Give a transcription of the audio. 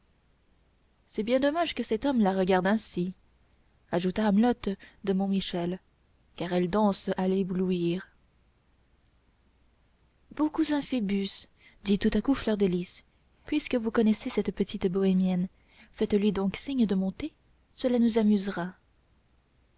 c'est bien dommage que cet homme la regarde ainsi ajouta amelotte de montmichel car elle danse à éblouir beau cousin phoebus dit tout à coup fleur de lys puisque vous connaissez cette petite bohémienne faites-lui donc signe de monter cela nous amusera